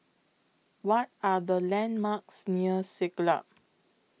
What Are The landmarks near Siglap